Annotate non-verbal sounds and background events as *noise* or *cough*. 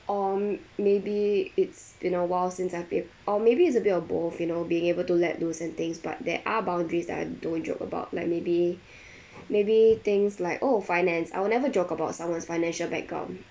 um maybe it's been awhile since I've bee~ or maybe it's a bit of both you know being able to let loose and things but there are boundaries that I don't joke about like maybe *breath* maybe things like oh finance I'll never joke about someone's financial background